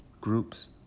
groups